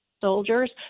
soldiers